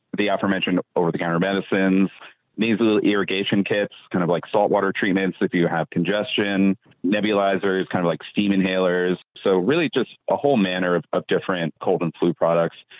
the affirmation over the counter medicines needs a little irrigation kits, kind of like salt water treatments. if you have congestion nebulizers kind of like steam inhalers. so really just a whole manner of of different cold and flu products.